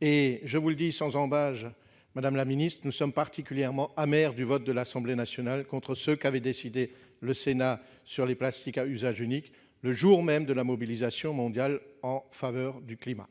et je vous le dit sans ambages, Madame la Ministre, nous sommes particulièrement amer du vote de l'Assemblée nationale contre ce qu'avait décidé le Sénat sur les plastiques à usage unique, le jour même de la mobilisation mondiale en faveur du climat.